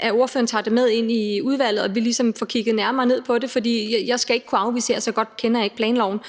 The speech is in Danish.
at ordføreren tager det med ind i udvalgsarbejdet, så vi ligesom får kigget nærmere på det, for jeg skal ikke her kunne afvise – så godt kender jeg ikke planloven